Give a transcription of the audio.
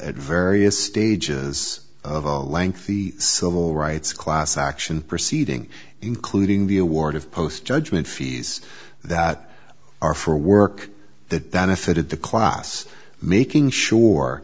at various stages of a lengthy civil rights class action proceeding including the award of post judgment fees that are for a work that that if it had the class making sure